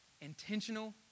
intentional